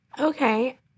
Okay